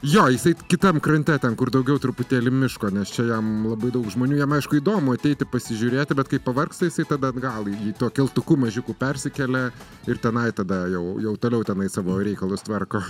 jo jisai kitam krante ten kur daugiau truputėlį miško nes čia jam labai daug žmonių jam aišku įdomu ateiti pasižiūrėti bet kai pavargsta jisai tada atgal į tuo keltuku mažiuku persikelia ir tenai tada jau jau toliau tenai savo reikalus tvarko